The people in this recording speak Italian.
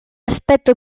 aspetto